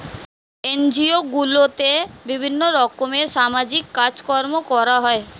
NGO গুলোতে বিভিন্ন রকমের সামাজিক কাজকর্ম করা হয়